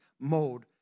mode